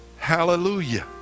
Hallelujah